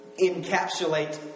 encapsulate